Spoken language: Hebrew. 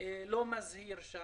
לא מזהירה.